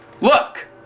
look